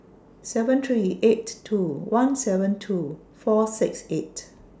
seven three eight two one seven two four six eight